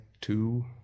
two